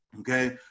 okay